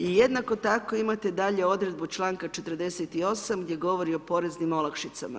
I jednako tako imate dalje odredbu članka 48. gdje govori o poreznim olakšicama.